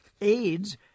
Aids